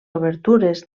obertures